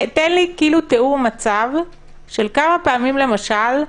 תן לי תיאור מצב של כמה פעמים, למשל,